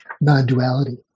non-duality